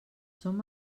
som